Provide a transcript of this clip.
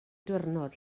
diwrnod